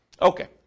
Okay